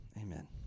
Amen